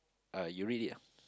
uh you read it out